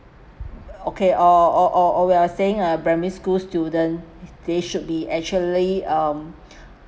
okay or or or or we're saying a primary school student they should be actually um